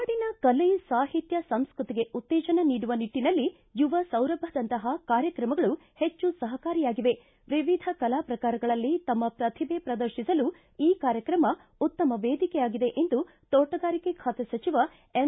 ನಾಡಿನ ಕಲೆ ಸಾಹಿತ್ಯ ಸಂಸ್ಕತಿಗೆ ಉತ್ತೇಜನ ನೀಡುವ ನಿಟ್ಟನಲ್ಲಿ ಯುವ ಸೌರಭದಂತಹ ಕಾರ್ಯಕ್ರಮಗಳು ಹೆಚ್ಚು ಸಹಕಾರಿಯಾಗಿವೆ ವಿವಿಧ ಕಲಾ ಪ್ರಕಾರಗಳಲ್ಲಿ ತಮ್ಮ ಪ್ರತಿಭೆ ಪ್ರದರ್ತಿಸಲು ಈ ಕಾರ್ಯಕ್ರಮ ಉತ್ತಮ ವೇದಿಕೆಯಾಗಿದೆ ಎಂದು ತೋಟಗಾರಿಕೆ ಖಾತೆ ಸಚಿವ ಎಂ